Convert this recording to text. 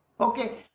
Okay